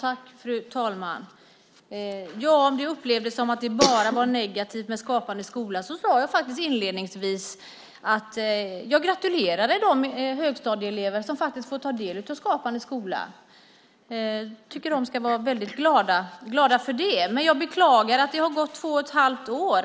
Fru talman! Om vi upplevde det som att det bara var negativt med Skapande skola: Jag sade inledningsvis att jag gratulerade de högstadieelever som får ta del av Skapande skola. Jag tycker att de ska vara väldigt glada för det. Men jag beklagar att det har gått två och ett halvt år.